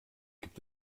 gibt